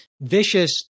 vicious